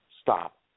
stop